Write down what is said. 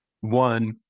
One